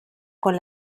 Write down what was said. con